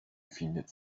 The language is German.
befindet